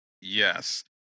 Yes